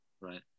Right